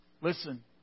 Listen